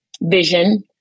vision